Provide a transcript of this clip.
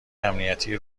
امنیتی